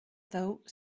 though